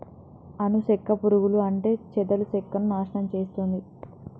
అను సెక్క పురుగులు అంటే చెదలు సెక్కను నాశనం చేస్తుంది